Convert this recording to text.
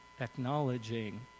acknowledging